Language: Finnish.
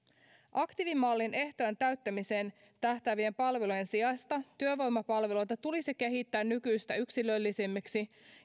aktiivimallin ehtojen täyttämiseen tähtäävien palvelujen sijasta työvoimapalveluita tulisi kehittää nykyistä yksilöllisemmiksi